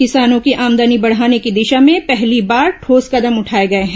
किसानों की आमदनी बढ़ाने की दिशा में पहली बार ठोस कदम उठाये गये हैं